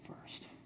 first